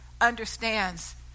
understands